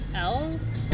else